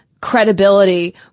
credibility